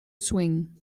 swing